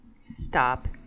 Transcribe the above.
Stop